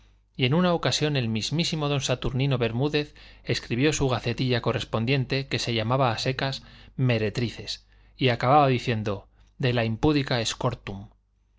y en una ocasión el mismísimo don saturnino bermúdez escribió su gacetilla correspondiente que se llamaba a secas meretrices y acababa diciendo de la impúdica scortum